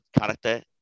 character